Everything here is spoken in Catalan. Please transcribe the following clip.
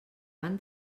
van